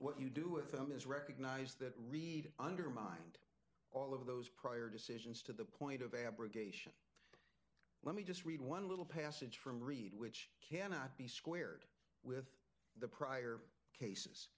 what you do with them is recognize that reid undermined all of those prior decisions to the point of abrogation let me just read one little passage from reed which cannot be squared with the prior cases